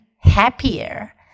happier